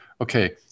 okay